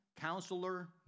Counselor